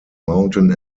mountain